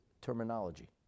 terminology